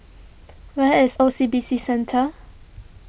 where is O C B C Centre